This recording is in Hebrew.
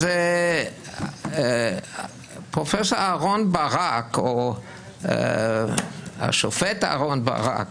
אז פרופ' אהרון ברק או השופט אהרון ברק